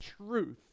truth